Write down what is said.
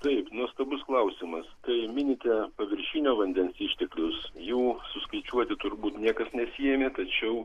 taip nuostabus klausimas kai minite paviršinio vandens išteklius jų suskaičiuoti turbūt niekas nesiėmė tačiau